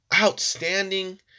outstanding